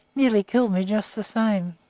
nearly killed me, just the same.